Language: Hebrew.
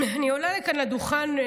אני עולה לכאן לדוכן,